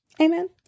Amen